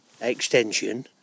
extension